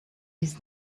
his